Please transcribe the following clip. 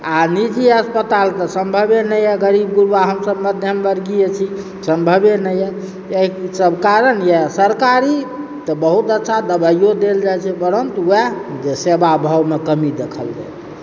आओर निजी अस्पताल तऽ सम्भवे नहि अछि गरीब गुरबा हमसब मध्यम वर्गीय छी सम्भवे नहि यऽ अइ सब कारण यऽ सरकारी तऽ बहुत अच्छा दबाइयो देल जाइ छै परन्तु वएह जे सेवाभावमे कमी देखल जाइत अछि